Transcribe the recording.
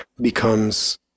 becomes